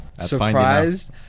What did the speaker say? Surprised